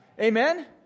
Amen